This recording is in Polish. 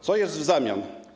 Co jest w zamian?